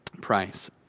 price